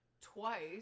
Twice